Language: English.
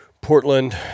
Portland